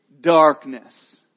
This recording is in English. darkness